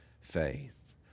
faith